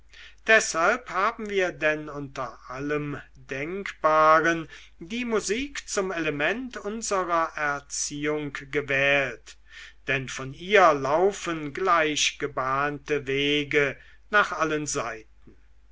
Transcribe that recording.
deshalb haben wir denn unter allem denkbaren die musik zum element unserer erziehung gewählt denn von ihr laufen gleichgebahnte wege nach allen seiten